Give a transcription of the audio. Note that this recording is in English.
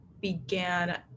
began